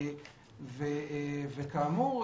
וכאמור,